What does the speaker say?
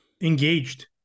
engaged